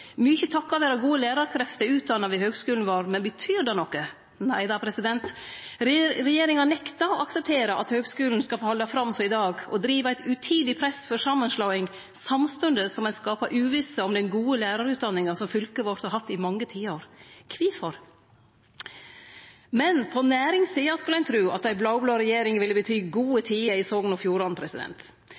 mykje takk vere gode lærarkrefter utdanna ved høgskulen vår. Men betyr det noko? Nei, regjeringa nektar å akseptere at høgskulen skal få halde fram som i dag, og driv eit utidig press for samanslåing samstundes som ein skaper uvisse om den gode lærarutdanninga som fylket vårt har hatt i mange tiår. Kvifor? På næringssida skule ein tru at ei blå-blå regjering ville bety gode tider i Sogn og Fjordane.